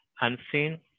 unseen